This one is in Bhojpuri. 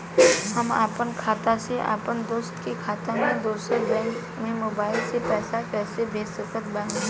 हम आपन खाता से अपना दोस्त के खाता मे दोसर बैंक मे मोबाइल से पैसा कैसे भेज सकत बानी?